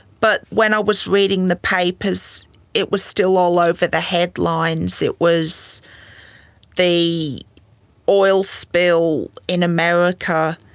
but when i was reading the papers it was still all over the headlines, it was the oil spill in america,